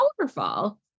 powerful